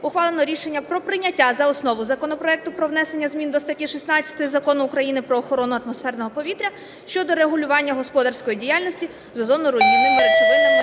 ухвалено рішення про прийняття за основу законопроекту про внесення змін до статті 16 Закону України "Про охорону атмосферного повітря" щодо регулювання господарської діяльності з озоноруйнівними речовинами